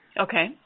Okay